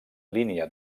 línia